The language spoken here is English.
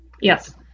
Yes